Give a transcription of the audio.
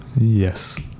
yes